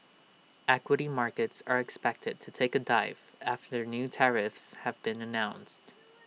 equity markets are expected to take A dive after new tariffs have been announced